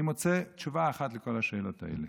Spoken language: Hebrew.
אני מוצא תשובה אחת לכל השאלות האלה: